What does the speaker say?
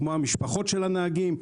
כמו המשפחות של הנהגים.